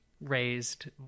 raised